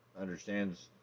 understands